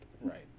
Right